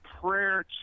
prayer